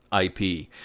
IP